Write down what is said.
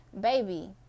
baby